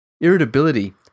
Irritability